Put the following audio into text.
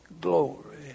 glory